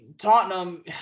Tottenham